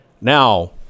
Now